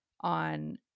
on